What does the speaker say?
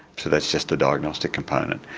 so that's just the diagnostic component.